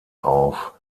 auf